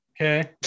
Okay